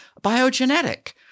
biogenetic